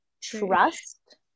trust